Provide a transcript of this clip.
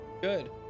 Good